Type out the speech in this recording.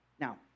Now